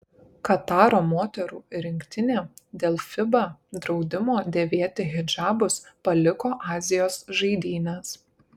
kataro moterų rinktinė dėl fiba draudimo dėvėti hidžabus paliko azijos žaidynes